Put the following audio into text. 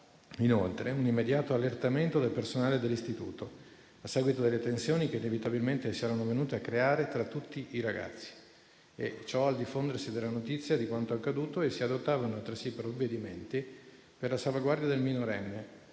inoltre l'immediato allertamento del personale dell'istituto, a seguito delle tensioni che inevitabilmente si erano venute a creare tra tutti i ragazzi al diffondersi della notizia di quanto accaduto, e si adottavano altresì provvedimenti per la salvaguardia del minorenne,